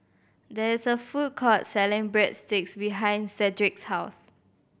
there is a food court selling Breadsticks behind Sedrick's house